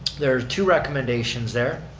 there are two recommendations there.